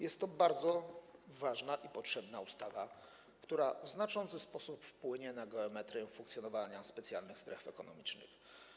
Jest to bardzo ważna i potrzebna ustawa, która w znaczący sposób wpłynie na geometrię funkcjonowania specjalnych stref ekonomicznych.